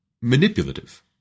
manipulative